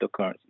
cryptocurrencies